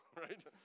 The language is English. right